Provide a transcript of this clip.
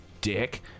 dick